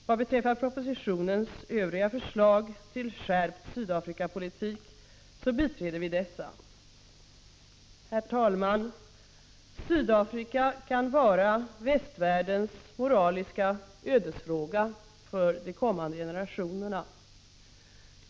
Vad beträffar propositionens övriga förslag till skärpt Sydafrikapolitik så biträder vi dessa. Herr talman! Sydafrika kan vara västvärldens moraliska ödesfråga för de kommande generationerna.